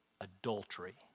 adultery